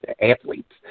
athletes